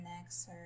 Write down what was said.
next